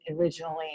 originally